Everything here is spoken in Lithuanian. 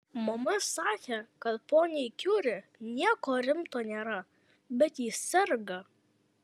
mama sakė kad poniai kiuri nieko rimto nėra bet ji serga